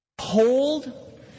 Hold